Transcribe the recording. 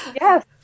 Yes